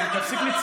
הם פעם בימין